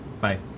bye